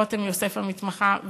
לרותם יוסף המתמחה,